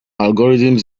algorithms